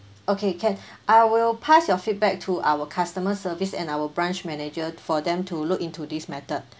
okay can I will pass your feedback to our customer service and our branch manager for them to look into this matter